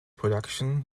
production